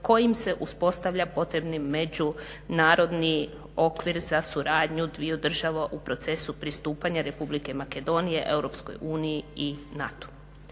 kojim se uspostavlja potrebni međunarodni okvir za suradnju dviju država u procesu pristupanja Republike Makedonije Europskoj